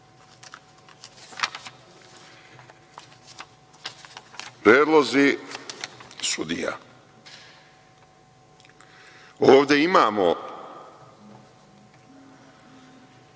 Predlozi sudija. Ovde imamo